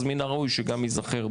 אז מין הראוי שניזכר גם